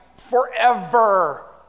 Forever